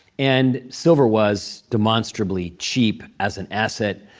and silver was demonstrably cheap as an asset.